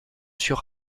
sur